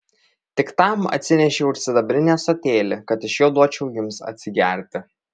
tik tam atsinešiau ir sidabrinį ąsotėlį kad iš jo duočiau jums atsigerti